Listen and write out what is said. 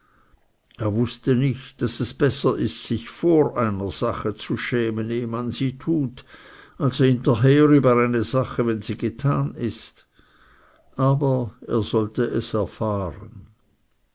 er wußte nicht daß es besser ist sich vor einer sache zu schämen ehe man sie tut als hinterher über eine sache wenn sie getan ist aber er sollte es erfahren